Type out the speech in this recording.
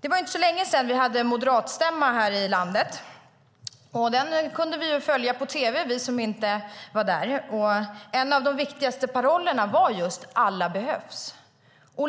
Det var inte så länge sedan vi hade moderatstämma här i landet. Den kunde vi som inte var där följa på tv. En av de viktigaste parollerna var just Alla behövs.